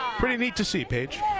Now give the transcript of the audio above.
pretty neat to see, paige.